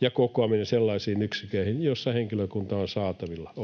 ja kokoaminen sellaisiin yksiköihin, joissa henkilökunta on saatavilla.